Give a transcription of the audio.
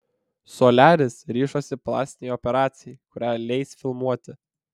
soliaris ryžosi plastinei operacijai kurią leis filmuoti